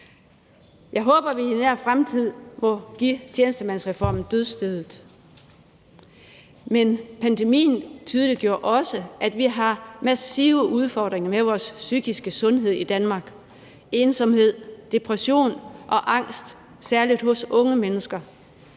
Jeg håber, at vi i nær fremtid må give tjenestemandsreformen dødsstødet. Kl. 17:50 Men pandemien tydeliggjorde også, at vi har massive udfordringer med vores psykiske sundhed i Danmark, nemlig ensomhed, depression og angst, særlig hos unge mennesker.